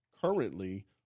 currently